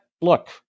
Look